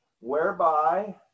whereby